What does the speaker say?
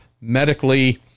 medically